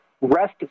rest